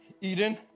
Eden